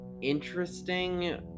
Interesting